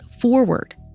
forward